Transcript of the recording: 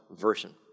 Version